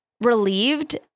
relieved